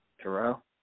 Terrell